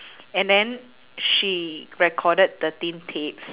and then she recorded thirteen tapes